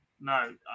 No